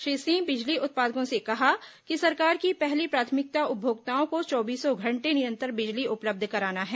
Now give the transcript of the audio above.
श्री सिंह ने बिजली उत्पादकों से कहा कि सरकार की पहली प्राथमिकता उपभोक्ताओं को चौबीसों घण्टे निरन्तर बिजली उपलब्ध कराना है